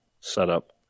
setup